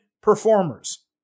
performers